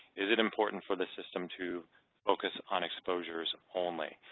is it important for the system to focus on exposures only?